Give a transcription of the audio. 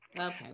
Okay